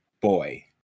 boy